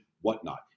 whatnot